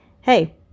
hey